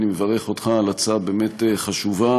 אני מברך אותך על הצעה באמת חשובה.